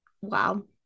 wow